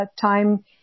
time